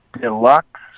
Deluxe